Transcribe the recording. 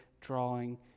drawing